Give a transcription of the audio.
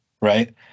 right